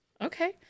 Okay